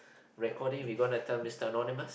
recording we gone to tell Mister Anonymous